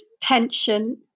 tension